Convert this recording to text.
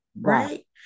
Right